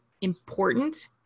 important